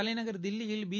தலைநகர் தில்லியில் பி